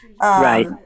Right